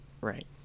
right